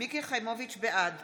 בעד